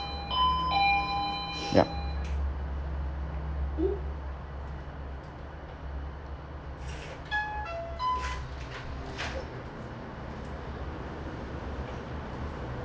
yup